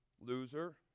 loser